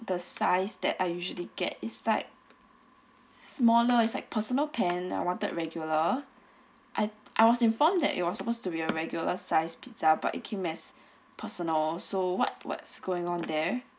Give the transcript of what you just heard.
the size that I usually get is like smaller is like personal pan I wanted regular I I was informed that it was supposed to be a regular size pizza but it came as personal so what what's going on there